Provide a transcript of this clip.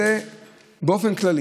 באופן כללי,